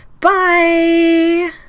Bye